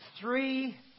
three